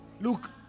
Look